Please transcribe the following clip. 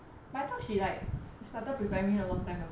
but I thought she like started preparing a long time ago